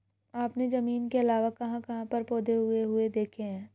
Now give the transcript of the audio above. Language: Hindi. आपने जमीन के अलावा कहाँ कहाँ पर पौधे उगे हुए देखे हैं?